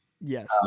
Yes